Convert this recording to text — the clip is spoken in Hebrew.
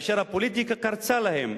והפוליטיקה קרצה להם.